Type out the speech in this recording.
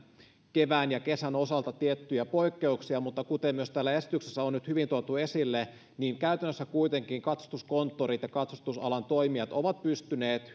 kevään ja kesän osalta tiettyjä poikkeuksia mutta kuten myös täällä esityksessä on nyt hyvin tuotu esille niin käytännössä kuitenkin katsastuskonttorit ja katsastusalan toimijat ovat pystyneet